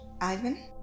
Ivan